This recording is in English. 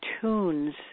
tunes